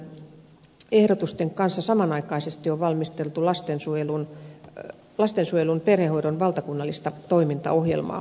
perhehoitotyöryhmän ehdotusten kanssa samanaikaisesti on valmisteltu lastensuojelun perhehoidon valtakunnallista toimintaohjelmaa